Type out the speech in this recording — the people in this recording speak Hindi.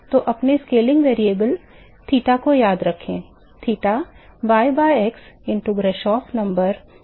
तो अपने स्केलिंग वेरिएबल थीटा को याद रखें theta y by x into Grashof number by 4 to the power of one है